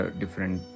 different